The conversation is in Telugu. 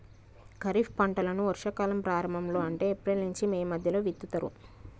ఖరీఫ్ పంటలను వర్షా కాలం ప్రారంభం లో అంటే ఏప్రిల్ నుంచి మే మధ్యలో విత్తుతరు